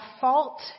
fault